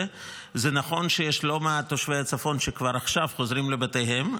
זה נכון שיש לא מעט תושבי הצפון שכבר עכשיו חוזרים לבתיהם,